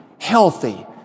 healthy